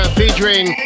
featuring